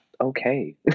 okay